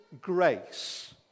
grace